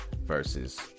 versus